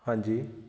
ਹਾਂਜੀ